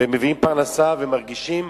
מביאים פרנסה ומרגישים,